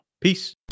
Peace